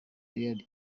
real